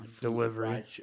delivery